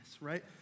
right